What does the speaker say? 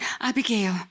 Abigail